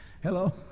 Hello